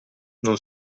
non